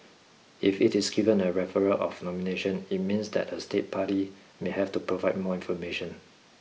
if it is given a referral of nomination it means that a state party may have to provide more information